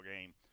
game